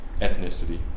ethnicity